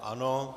Ano.